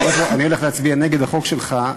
אני הולך להצביע נגד החוק שלך,